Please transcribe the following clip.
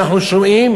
אנחנו שומעים